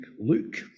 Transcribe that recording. Luke